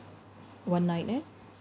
one night eh